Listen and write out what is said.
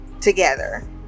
together